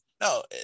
No